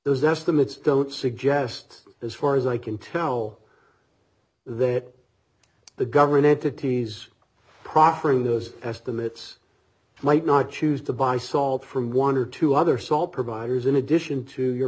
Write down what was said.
those estimates don't suggest as far as i can tell that the government entities proffering those estimates might not choose to buy salt from one or two other salt providers in addition to your